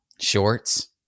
shorts